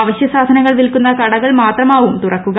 അവശ്യസാധനങ്ങൾ വിൽക്കുന്ന കടകൾ മാത്രമാവും തുറക്കുക